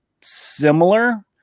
similar